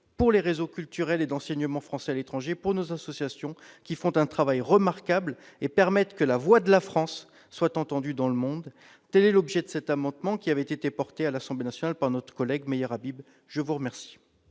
pour les réseaux culturels et d'enseignement français à l'étranger, pour nos associations qui accomplissent un travail remarquable et permettent que la voix de la France soit entendue dans le monde. Tel est l'objet de cet amendement, qui a été défendu à l'Assemblée nationale par notre collègue député Meyer Habib. L'amendement